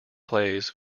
plays